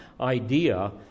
idea